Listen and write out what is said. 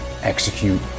execute